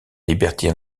liberté